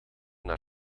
naar